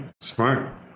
smart